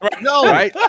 No